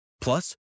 Plus